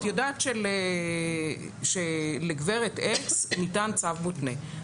את יודעת שלגברת אקס ניתן צו מותנה.